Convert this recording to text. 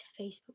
Facebook